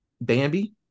bambi